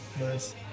nice